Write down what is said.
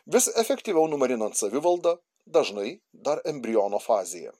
vis efektyviau numarinant savivaldą dažnai dar embriono fazėje